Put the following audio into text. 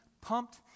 pumped